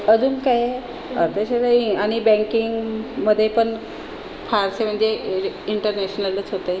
अजून काय अर्थशास्त्र आणि बँकिंगमध्ये पण फारसे म्हणजे हे इंटरनॅशनलच होतं आहे